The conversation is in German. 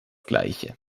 gleiche